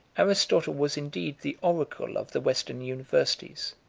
aristotle was indeed the oracle of the western universities,